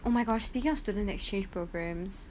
oh my gosh speaking of student exchange programmes